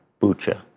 Bucha